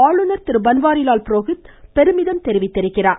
ஆளுநர் திரு பன்வாரிலால் புரோஹித் பெருமிதம் தெரிவித்துள்ளார்